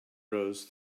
rows